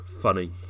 funny